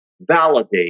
validate